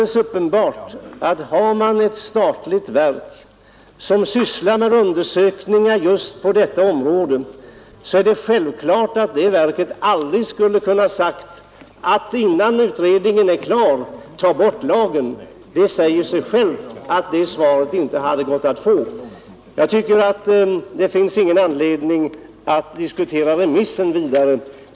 Om man har ett statligt verk, som sysslar med undersökningar just på detta område, är det självklart att det verket aldrig skulle ha kunnat säga att lagen skulle tas bort innan utredningen var klar. Det säger sig självt att detta svar inte hade gått att få. Det finns enligt min mening ingen anledning att diskutera remissen vidare.